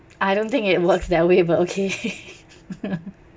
I don't think it works that way but okay